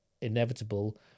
inevitable